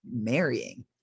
marrying